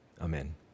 Amen